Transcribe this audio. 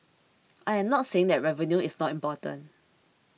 I am not saying that revenue is not important